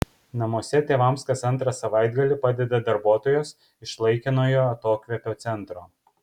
namuose tėvams kas antrą savaitgalį padeda darbuotojos iš laikinojo atokvėpio centro